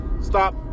stop